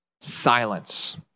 silence